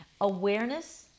Awareness